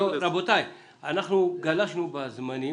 רבותיי, אנחנו גלשנו בזמנים.